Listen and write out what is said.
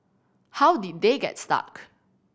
how did they get stuck